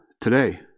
today